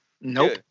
Nope